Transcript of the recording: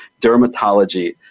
dermatology